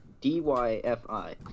D-Y-F-I